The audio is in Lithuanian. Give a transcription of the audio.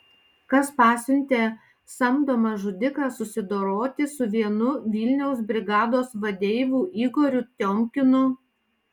kas pasiuntė samdomą žudiką susidoroti su vienu vilniaus brigados vadeivų igoriu tiomkinu